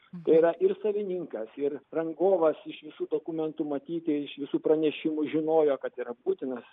tai yra savininkas ir rangovas iš visų dokumentų matyti iš visų pranešimų žinojo kad yra būtinas